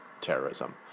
terrorism